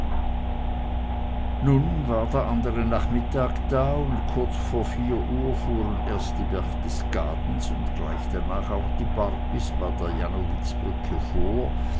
nun war der andre nachmittag da und kurz vor vier uhr fuhren erst die berchtesgadens und gleich danach auch die barbys bei der jannowitzbrücke vor